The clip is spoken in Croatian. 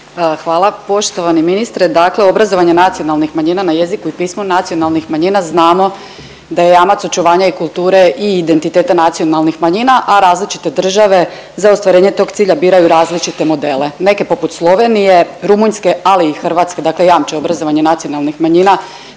Hvala. Poštovani ministre, dakle obrazovanje nacionalnih manjina na jeziku i pismu nacionalnih manjina znamo da je jamac očuvanja i kulture i identitet nacionalnih manjina, a različite države za ostvarenje tog cilja biraju različite modele, neke poput Slovenije, Rumunjske, ali i Hrvatske dakle jamče obrazovanje nacionalnih manjina